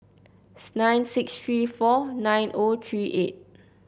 nine six three four nine O three eight